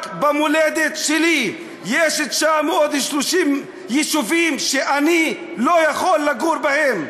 רק במולדת שלי יש 930 יישובים שאני לא יכול לגור בהם.